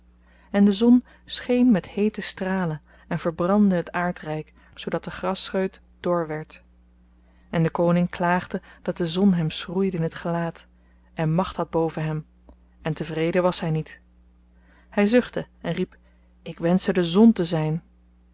en de zon scheen met heete stralen en verbrandde het aardryk zoodat de grasscheut dor werd en de koning klaagde dat de zon hem schroeide in het gelaat en macht had boven hem en tevreden was hy niet hy zuchtte en riep ik wenschte de zon te zyn